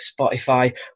Spotify